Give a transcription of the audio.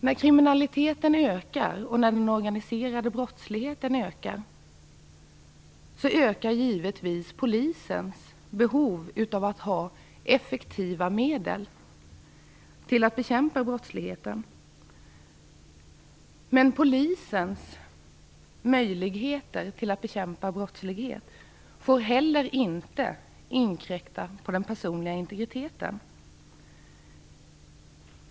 När kriminaliteten och den organiserade brottsligheten ökar, ökar givetvis Polisens behov av att ha effektiva medel för att bekämpa brottsligheten. Men Polisens möjligheter att bekämpa brottslighet får inte inkräkta på den personliga integriteten.